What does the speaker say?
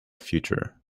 future